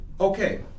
Okay